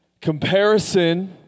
Comparison